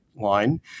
line